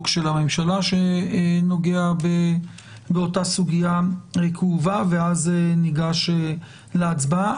של הממשלה שנוגע באותה הסוגיה הכאובה ואז ניגש להצבעה.